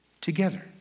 together